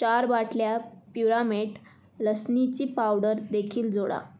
चार बाटल्या प्युरामेट लसणीची पावडर देखील जोडा